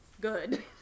good